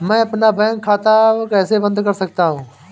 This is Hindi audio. मैं अपना बैंक खाता कैसे बंद कर सकता हूँ?